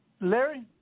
Larry